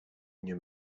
nie